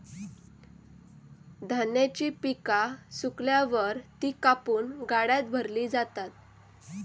धान्याची पिका सुकल्यावर ती कापून गाड्यात भरली जातात